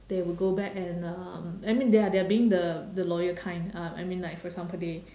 they would go back and um I mean they are they are being the the loyal kind um I mean like for example they